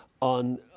on